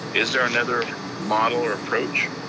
is there another model or approach?